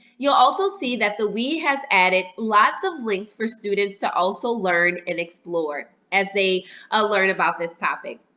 you'll also see that the we has added lots of links for students to also learn and explore as they ah learn about this topic.